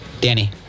Danny